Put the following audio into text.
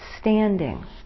standing